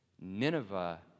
Nineveh